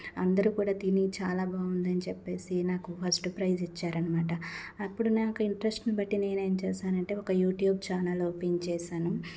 అందరూ కూడా తిని చాలా బావుందని చెప్పేసి నాకు ఫస్ట్ ప్రైజ్ ఇచ్చారు అనమాట అప్పుడు నాకు ఇంట్రస్టని బట్టి నేనేం చేశానంటే ఒక యూట్యూబ్ ఛానల్ ఓపెన్ చేశాను